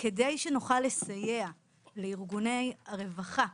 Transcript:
כדי שנוכל לסייע לארגוני הרווחה,